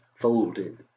folded